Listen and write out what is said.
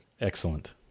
Excellent